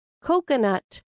Coconut